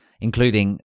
including